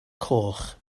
coch